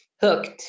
hooked